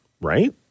right